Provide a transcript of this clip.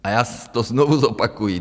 A já to znovu zopakuji.